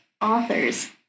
author's